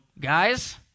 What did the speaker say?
guys